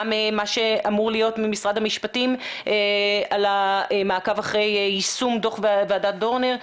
גם ממה שאמור להיות ממשרד המשפטים על המעקב אחרי יישום דו"ח ועדת דורנר,